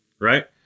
right